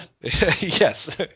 Yes